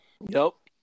Nope